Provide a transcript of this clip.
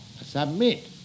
submit